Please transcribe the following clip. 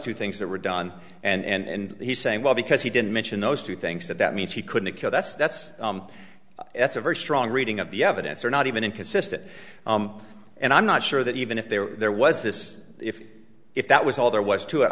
two things that were done and he's saying well because he didn't mention those two things that that means he couldn't kill that's that's that's a very strong reading of the evidence or not even inconsistent and i'm not sure that even if there was this if if that was all there was to it